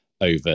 over